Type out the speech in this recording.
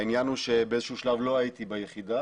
העניין הוא שבאיזשהו שלב לא הייתי ביחידה,